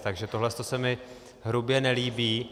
Takže tohleto se mi hrubě nelíbí.